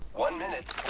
one hundred